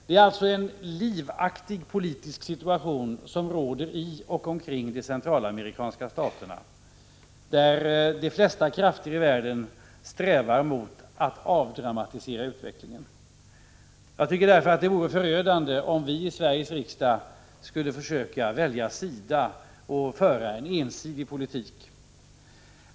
Det är alltså en livaktig politisk situation som råder i och omkring de centralamerikanska staterna, där de flesta krafter i världen strävar mot att avdramatisera utvecklingen. Jag tycker därför att det vore förödande om vi i Sveriges riksdag skulle försöka välja sida och föra en ensidig politik.